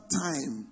time